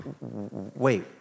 wait